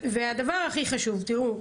והדבר הכי חשוב, תראו,